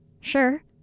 Sure